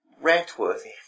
rant-worthy